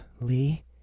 Lee